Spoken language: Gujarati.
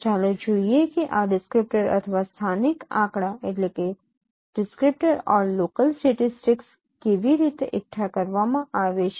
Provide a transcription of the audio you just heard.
ચાલો જોઈએ કે આ ડિસ્ક્રીપ્ટર અથવા સ્થાનિક આંકડા કેવી રીતે એકઠા કરવામાં આવે છે